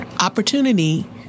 opportunity